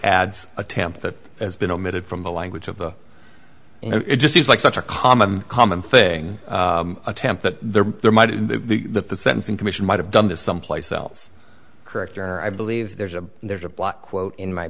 adds attempt that has been omitted from the language of the it just seems like such a common common thing attempt that there might be the sentencing commission might have done this someplace else corrector i believe there's a there's a blockquote in my